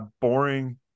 boring